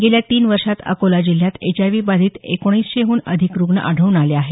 गेल्या तीन वर्षात अकोला जिल्ह्यात एचआयव्ही बाधित एकोणीसशेहून अधिक रुग्ण आढळून आले आहेत